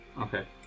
Okay